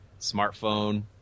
smartphone